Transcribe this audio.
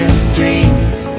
streams,